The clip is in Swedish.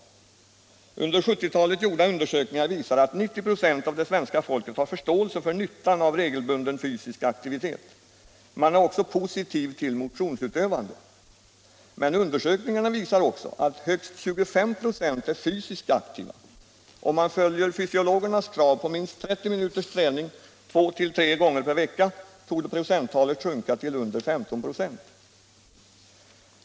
Under 1970-talet gjorda undersökningar visar att 90 26 av det svenska folket har förståelse för nyttan av regelbunden fysisk aktivitet. Man är också positiv till motionsutövande. Men undersökningarna visar också att högst 25 96 är fysiskt aktiva. Om man följer fysiologernas krav på minst 30 minuters träning två tre gånger per vecka torde procenttalet sjunka till under 15 96.